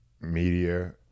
media